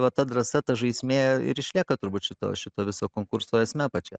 va ta drąsa ta žaismė ir išlieka turbūt šito šito viso konkurso esme pačia